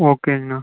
ஓகேங்கண்ணா